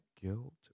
guilt